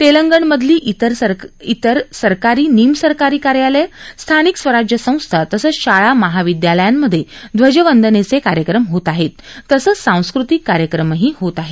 तेलंगण मधली तेर सरकारी निमसरकारी कार्यालय स्थानिक स्वराज्य संस्था तसंच शाळा महाविद्यालयामधे ध्वजवंदनेचे कार्यक्रम होत आहेत तसंच सांस्कृतिक कार्यक्रमही होत आहेत